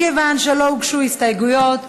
מכיוון שלא הוגשו הסתייגות,